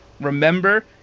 Remember